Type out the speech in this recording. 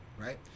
right